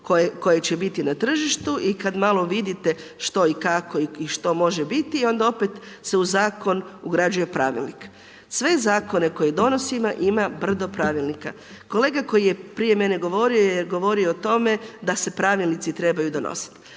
koje će biti na tržištu i kad malo vidite što i kako i što može biti onda opet se u zakon ugrađuje pravilnik. Sve zakone koje donosimo ima brdo pravilnika. Kolega koji je prije mene govorio je govorio o tome da se pravilnici trebaju donositi.